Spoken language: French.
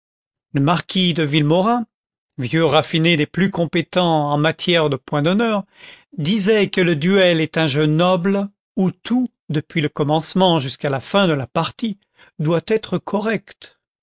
le marquis de villemaurin vieux raffiné des plus compétents en matière de point d'honneur disait que le duel est un jeu noble où tout depuis le commencement jusqu'à la fin de la partie doit être correct